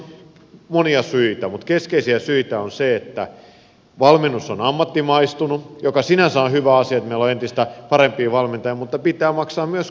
no siihen on monia syitä mutta keskeisiä syitä on se että valmennus on ammattimaistunut ja sinänsä on hyvä asia että meillä on entistä parempia valmentajia mutta pitää maksaa myös korvauksia